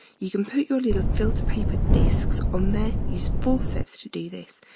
you can put your little filter paper disks on there, use forceps to do this,